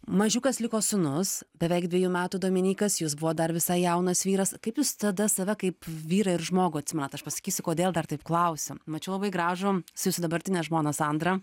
mažiukas liko sūnus beveik dvejų metų dominykas jūs buvot dar visai jaunas vyras kaip jūs tada save kaip vyrą ir žmogų atsimenat aš pasakysiu kodėl dar taip klausiu mačiau labai gražų su jūsų dabartine žmona sandra